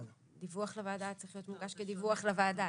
דיווח לוועדה צריך להיות מוגש כדיווח לוועדה.